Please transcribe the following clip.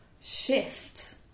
shift